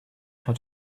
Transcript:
how